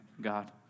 God